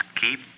keep